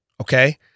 Okay